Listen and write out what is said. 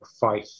five